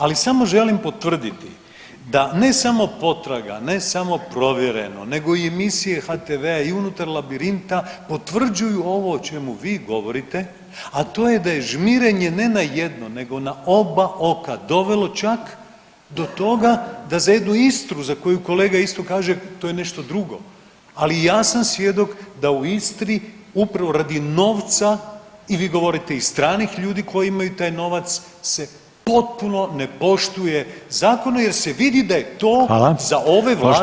Ali samo želim potvrditi da ne samo Potraga, ne samo Provjereno, nego i emisije HTV-a i unutar Labirinta potvrđuju ovo o čemu vi govorite a to je da je žmirenje ne na jedno, nego na oba oka dovelo čak do toga da za jednu Istru za koju kolega isto kaže to je nešto drugo, ali i ja sam svjedok da u Istri upravo radi novca i vi govorite i stranih ljudi koji imaju taj novac se potpuno ne poštuje zakone jer se vidi da je to [[Upadica: Hvala.]] za ove vlasti moguće.